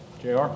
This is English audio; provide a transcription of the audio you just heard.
Jr